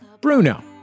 Bruno